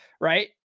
right